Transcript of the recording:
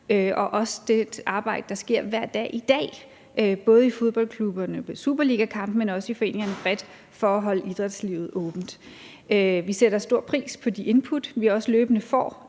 og også det store arbejde, der sker hver dag i dag – både i fodboldklubberne ved superligakampene, men også bredt i foreningerne – for at holde idrætslivet åbent. Vi sætter stor pris på de input, som vi også løbende får